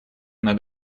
над